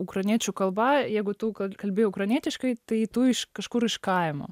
ukrainiečių kalba jeigu tų kalbi ukrainietiškai tai tu iš kažkur iš kaimo